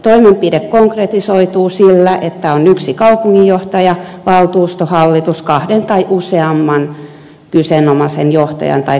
toimenpide konkretisoituu sillä että on yksi kaupunginjohtaja valtuusto hallitus kahden tai useamman kyseenomaisen johtajan tai toimielimen sijaan